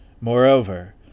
Moreover